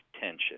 tension